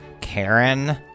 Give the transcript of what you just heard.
Karen